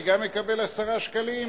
אני גם אקבל 10 שקלים?